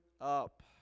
up